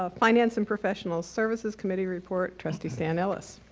ah finance and professional services committee report. trustee stan ellis.